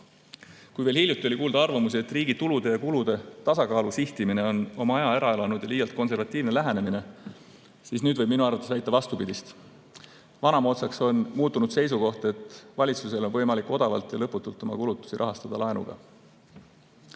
Kui veel hiljuti oli kuulda arvamusi, et riigi tulude ja kulude tasakaalu sihtimine on oma aja ära elanud ja liialt konservatiivne lähenemine, siis nüüd võib minu arvates väita vastupidist: vanamoodsaks on muutunud seisukoht, et valitsusel on võimalik odavalt ja lõputult oma kulutusi rahastada laenuga.